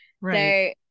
Right